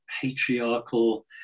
patriarchal